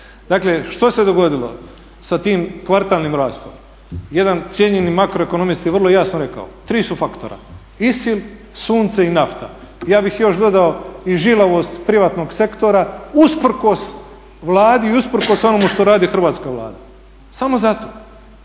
Dakle, što se dogodilo sa tim kvartalnim rastom? Jedan cijenjeni makroekonomist je vrlo jasno rekao, tri su faktora, ISIL, sunce i nafta. Ja bih još dodao i žilavost privatnog sektora usprkos Vladi i usprkos onomu što radi Hrvatska vlada, samo zato.